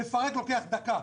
לפרק לוקח דקה.